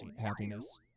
happiness